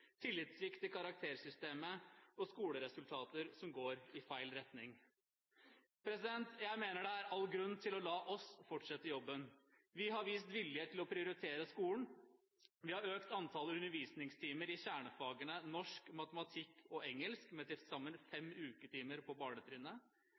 gjelder karaktersystemet, og skoleresultater som går i feil retning. Jeg mener det er all grunn til å la oss fortsette jobben. Vi har vist vilje til å prioritere skolen. Vi har økt antallet undervisningstimer i kjernefagene norsk, matematikk og engelsk med til sammen fem